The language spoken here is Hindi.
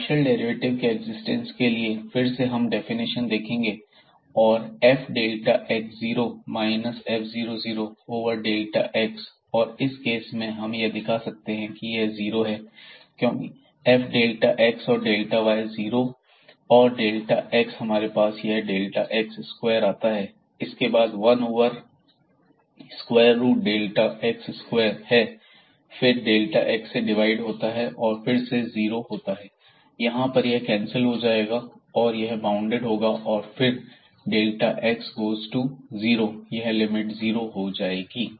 पार्शियल डेरिवेटिव के एक्जिस्टेंस के लिए फिर से हम डेफिनेशन देखेंगे औरऔर f delta x zero minus f00 over delta x और इस केस में हम यह दिखा सकते हैं कि यह जीरो है क्योंकि f डेल्टा x और डेल्टा y जीरो और डेल्टा x हमारे पास यहां डेल्टा x स्क्वायर आता है इसके बाद 1 over square root delta x square और फिर डेल्टा x से डिवाइड होता है और फिर यह जीरो होता है यहां पर यह कैंसिल हो जाएगा और यह बॉउंडेड होगा और फिर डेल्टा x गोज़ टू 0 यह लिमिट जीरो हो जाएगी